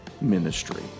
ministry